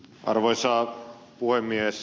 arvoisa puhemies